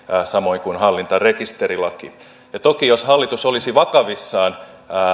samoin kuin hallintarekisterilaki ja toki jos hallitus olisi vakavissaan